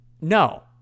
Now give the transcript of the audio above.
no